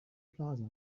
plaza